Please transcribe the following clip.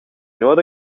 nuot